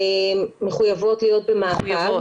מחויבות להיות במעקב.